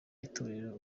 itorero